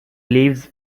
lives